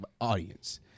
audience